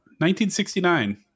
1969